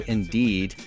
Indeed